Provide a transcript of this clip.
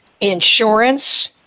insurance